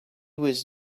was